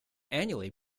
annually